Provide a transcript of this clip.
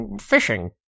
fishing